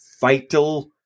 vital